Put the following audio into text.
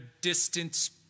distance